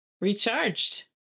recharged